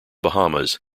bahamas